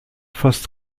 fast